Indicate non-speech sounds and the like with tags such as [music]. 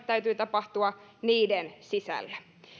[unintelligible] täytyy tapahtua niiden sisällä